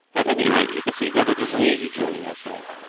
at any rate, you can see that it is an easy journey, i said.